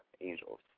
angels